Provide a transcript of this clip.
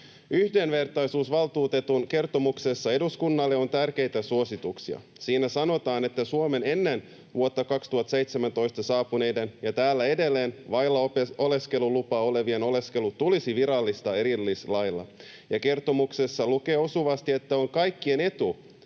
Yhdenvertaisuusvaltuutetun kertomuksessa eduskunnalle on tärkeitä suosituksia. Siinä sanotaan, että Suomeen ennen vuotta 2017 saapuneiden ja täällä edelleen vailla oleskelulupaa olevien oleskelu tulisi virallistaa erillislailla. Kertomuksessa lukee osuvasti, että on kaikkien etu,